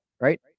right